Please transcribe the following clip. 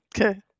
Okay